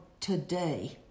today